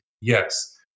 Yes